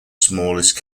smallest